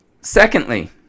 Secondly